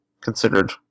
considered